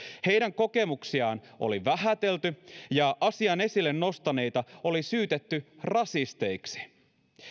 heidän kokemuksiaan oli vähätelty ja asian esille nostaneita oli syytetty rasisteiksi